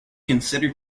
consider